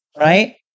right